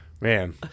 Man